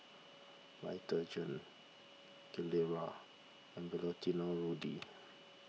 Vitagen Gilera and Valentino Rudy